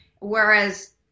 Whereas